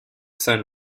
saint